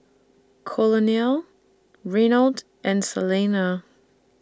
Colonel Reynold and Salena